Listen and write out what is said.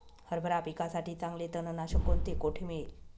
हरभरा पिकासाठी चांगले तणनाशक कोणते, कोठे मिळेल?